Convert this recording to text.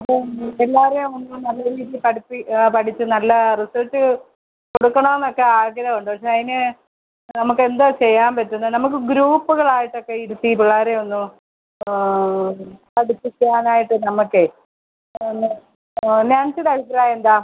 അപ്പം പിള്ളേരെ ഒന്ന് നല്ല രീതിയിൽ പഠിപ്പിച്ച് പഠിച്ച് നല്ല റിസൾട്ട് കൊടുക്കണമെന്നൊക്കെ ആഗ്രഹം ഉണ്ട് പക്ഷേ അതിന് നമുക്കെന്തോ ചെയ്യാൻ പറ്റുന്നത് നമുക്ക് ഗ്രൂപ്പുകളായിട്ടൊക്കെ ഇരുത്തി പിള്ളേരെ ഒന്നു പഠിപ്പിക്കാനായിട്ട് നമുക്കേ ഒന്ന് ആ നാൻസീടെ അഭിപ്രായം എന്താ